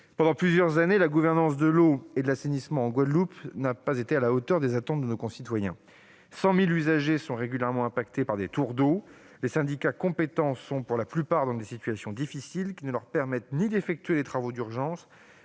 Pendant plusieurs années, la gouvernance de l'eau et de l'assainissement en Guadeloupe n'a pas été à la hauteur des attentes de nos concitoyens. Environ 100 000 usagers sont régulièrement victimes de « tours d'eau ». Les syndicats compétents sont pour la plupart dans des situations difficiles, qui ne leur permettent ni d'effectuer les travaux d'urgence,